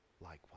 likewise